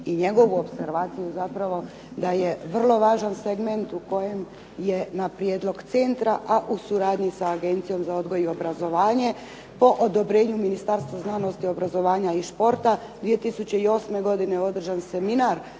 i njegovu opservaciju zapravo da je vrlo važan segment u kojem je na prijedlog centra, a u suradnji sa agencijom za odgoj i obrazovanje po odobrenju Ministarstva znanosti, obrazovanja i športa 2008. održan seminar